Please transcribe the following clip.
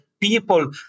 people